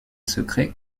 secret